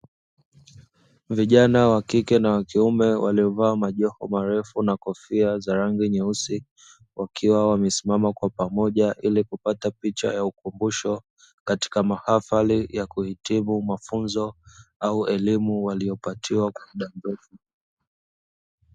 Vijana wa kike na wa kiume waliovaa majoho marefu na kofia za rangi nyeusi, wakiwa wamesimama kwa pamoja ili kupata picha ya ukumbusho, katika mahafali ya kuhitimu mafunzo au elimu waliopatiwa kwa muda mrefu.